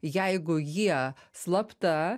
jeigu jie slapta